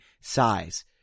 Size